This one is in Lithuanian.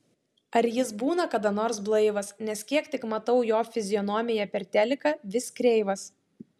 ar jis būna kada nors blaivas nes kiek tik matau jo fizionomiją per teliką vis kreivas